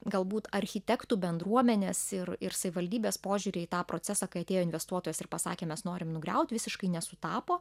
galbūt architektų bendruomenės ir ir savivaldybės požiūriai į tą procesą kai atėjo investuotojas ir pasakė mes norim nugriaut visiškai nesutapo